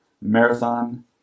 marathon